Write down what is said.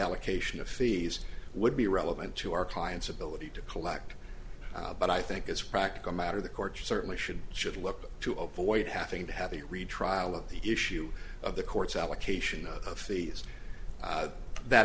allocation of fees would be relevant to our clients ability to collect but i think as a practical matter the court certainly should should look to avoid having to have a retrial of the issue of the courts allocation of fees that